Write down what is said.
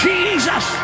Jesus